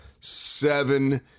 seven